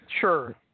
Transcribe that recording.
Sure